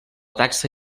taxa